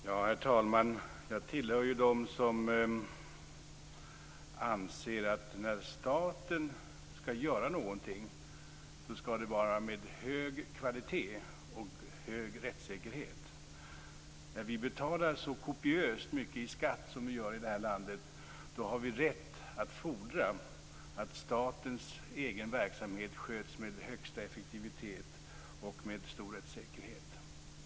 Herr talman! Jag tillhör dem som anser att när staten skall göra någonting skall det vara hög kvalitet och stor rättssäkerhet. När vi betalar så kopiöst mycket i skatt som vi gör i det här landet har vi rätt att fordra att statens egen verksamhet sköts med högsta effektivitet och med stor rättssäkerhet.